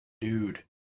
Dude